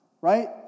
Right